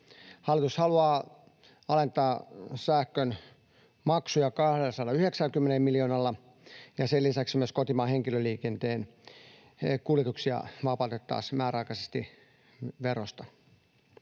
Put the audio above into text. Hallitus haluaa alentaa sähkön maksuja 290 miljoonalla, ja sen lisäksi myös kotimaan henkilöliikenteen kuljetuksia vapautettaisiin määräaikaisesti verosta.